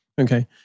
Okay